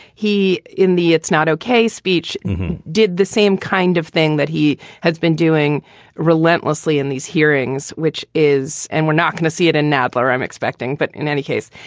he in the it's not okay speech did the same kind of thing that he has been doing relentlessly in these hearings, which is and we're not going to see it in nadler, i'm expecting. but in any case,